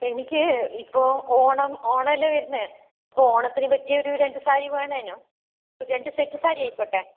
എനിക്ക് ഇപ്പോൾ ഓണം ഓണമല്ലേ വരുന്നത് അപ്പോൾ ഓണത്തിന് പറ്റിയ ഒരു രണ്ട് സാരി വേണേനു രണ്ടു സെറ്റ് സാരി ആയിക്കോട്ടെ